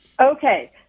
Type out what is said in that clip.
Okay